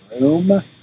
room